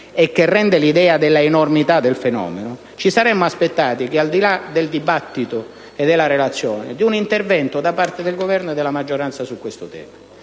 e che rende l'idea dell'enormità del fenomeno, ci saremmo aspettati, al di là del dibattito e della relazione, un intervento da parte del Governo e della maggioranza su questo tema.